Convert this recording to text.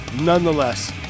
nonetheless